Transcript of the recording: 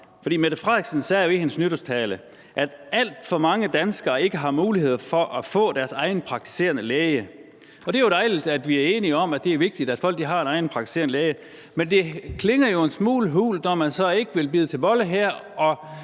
ting. Statsministeren sagde jo i sin nytårstale, at alt for mange danskere ikke har mulighed for at få deres egen praktiserende læge, og det er jo dejligt, at vi enige om, at det er vigtigt, at folk har en egen praktiserende læge, men det klinger jo en smule hult, når man så ikke vil bide til bolle her